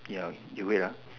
ya you wait ah